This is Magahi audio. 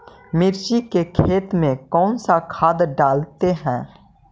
मिर्ची के खेत में कौन सा खाद डालते हैं?